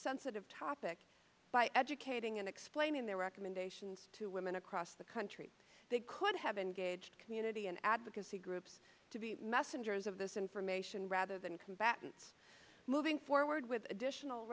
sensitive topic by educating and explaining their recommendations to women across the country they could have engaged community and advocacy groups to be messengers of this information rather than combatants moving forward with additional